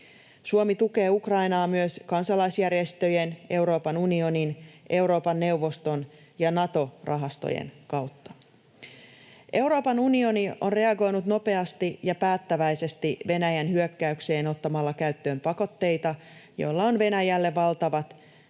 Suomi tukee Ukrainaa myös kansalaisjärjestöjen, Euroopan unionin, Euroopan neuvoston ja Nato-rahastojen kautta. Euroopan unioni on reagoinut nopeasti ja päättäväisesti Venäjän hyökkäykseen ottamalla käyttöön pakotteita, joilla on Venäjälle valtavat